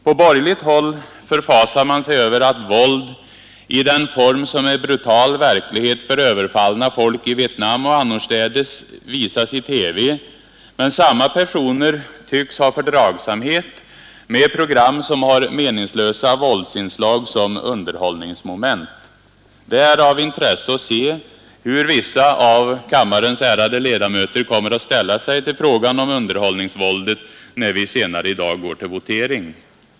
På borgerligt håll förfasar man sig över att våld, i den form som är brutal verklighet för överfallna folk i Vietnam och annorstädes, visas i TV, men samma personer tycks ha fördragsamhet med program som har meningslösa våldsinslag som underhållningsmoment. Det är av intresse att se hur vissa av kammarens ärade ledamöter kommer att ställa sig till frågan om underhållningsvåldet när vi senare i dag går till votering.